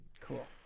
cool